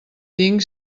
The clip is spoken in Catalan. tinc